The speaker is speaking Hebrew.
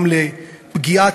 גם לפגיעה,